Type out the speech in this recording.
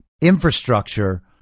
infrastructure